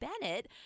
Bennett